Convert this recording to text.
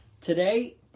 Today